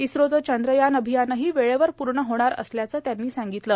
इस्रोचं चंद्रयान र्आभयानही वेळेवर पूण होणार असल्याचं त्यांनी सांगितलं